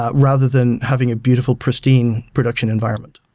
ah rather than having a beautiful pristine production environment.